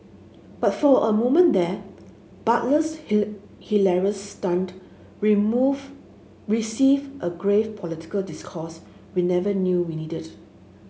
but for a moment there Butler's hilarious stunt remove received a grave political discourse we never knew we needed